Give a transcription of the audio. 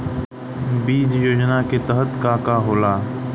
बीज योजना के तहत का का होला?